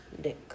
dick